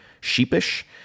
sheepish